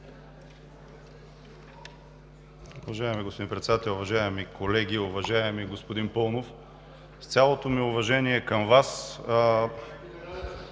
Уважаеми господин Председател, уважаеми колеги! Уважаеми господин Паунов, с цялото ми уважение към Вас,